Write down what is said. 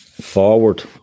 Forward